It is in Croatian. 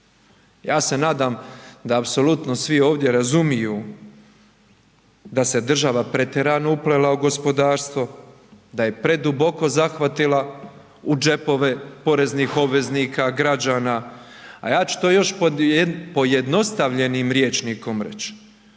Ja se nadam da apsolutno svi ovdje razumiju da se država pretjerano uplela u gospodarstvo, da je preduboko zahvatila u džepove poreznih obveznika, građana, a ja ću to još pojednostavljenim rječnikom reći.